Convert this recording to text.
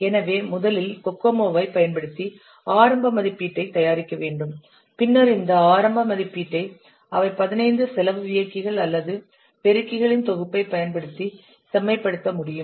எனவே முதலில் கோகோமோவைப் பயன்படுத்தி ஆரம்ப மதிப்பீட்டைத் தயாரிக்க வேண்டும் பின்னர் இந்த ஆரம்ப மதிப்பீட்டை அவை 15 செலவு இயக்கிகள் அல்லது பெருக்கிகளின் தொகுப்பைப் பயன்படுத்தி செம்மைப்படுத்த முடியும்